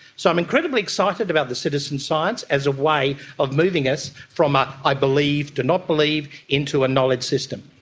so i'm incredibly excited about the citizen science as a way of moving us from a i believe do not believe' into a knowledge system.